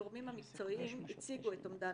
הגורמים המקצועיים הציגו את אומדן